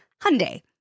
Hyundai